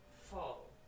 fall